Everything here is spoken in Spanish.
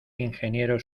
ingeniero